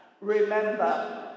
remember